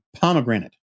pomegranate